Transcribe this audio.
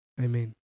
Amen